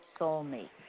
soulmate